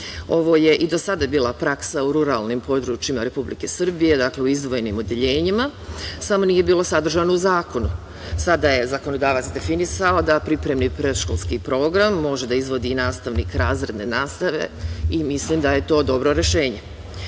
je i do sada bila praksa u ruralnim područjima Republike Srbije, dakle u izdvojenim odeljenjima, samo nije bilo sadržano u zakonu. Sada je zakonodavac definisao da pripremni predškolski program može da izvodi i nastavnik razredne nastave i mislim da je to dobro rešenje. Još